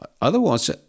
otherwise